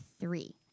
three